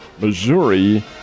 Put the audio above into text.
Missouri